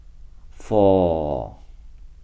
four